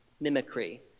mimicry